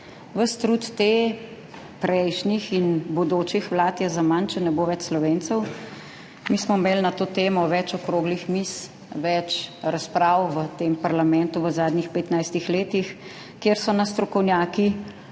Ves trud te, prejšnjih in bodočih vlad je zaman, če ne bo več Slovencev. Mi smo imeli na to temo več okroglih miz, več razprav v parlamentu v zadnjih 15 letih, kjer so nas strokovnjaki